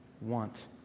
want